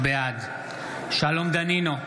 בעד שלום דנינו,